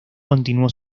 continuó